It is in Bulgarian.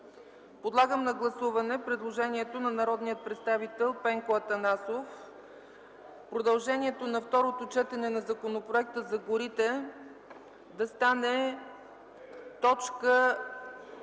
Подлагам на гласуване предложението на народния представител Пенко Атанасов – продължението на второто четене на Законопроекта за горите да стане т.